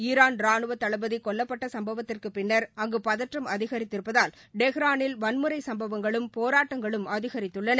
Iran ராஹவ தளபதி கொல்லப்பட்ட சம்பவத்திற்கு பின்னா் அங்கு பதற்றம் அதிகரித்திருப்பதால் டெஹ்ரானில் வன்முறை சம்பவங்களும் போராட்டங்களும் அதிகரித்துள்ளன